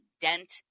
dent